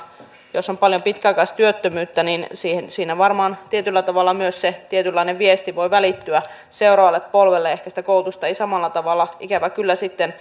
jos on paljon pitkäaikaistyöttömyyttä niin siinä varmaan tietyllä tavalla myös se tietynlainen viesti voi välittyä seuraavalle polvelle ja ehkä sitä koulutusta ei samalla tavalla ikävä kyllä